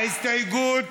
ההסתייגות